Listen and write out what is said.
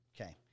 Okay